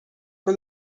for